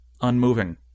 unmoving